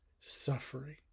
suffering